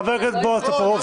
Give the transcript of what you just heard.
חבר הכנסת בועז טופורובסקי.